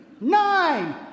Nine